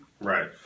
Right